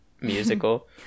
musical